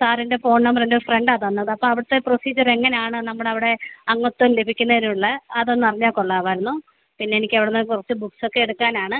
സാറിൻ്റെ phone number എൻ്റെ ഫ്രണ്ടാ തന്നതപ്പോൾ അവിടുത്തെ പ്രൊസീജിയറ് എങ്ങനാണ് നമ്മുടെ അവിടെ അംഗത്വം ലഭിക്കുന്നതിനുള്ള അതൊന്നറിഞ്ഞാൽ കൊള്ളാവായിരുന്നു പിന്നെ എനിക്കവിടുന്ന് കുറച്ച് ബുക്ക്സൊക്കെ എടുക്കാനാണ്